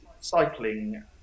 cycling